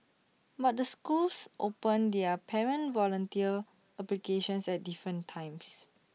but the schools open their parent volunteer applications at different times